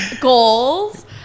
goals